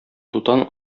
дутан